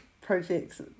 projects